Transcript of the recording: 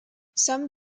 some